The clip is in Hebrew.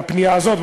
על הפנייה הזאת.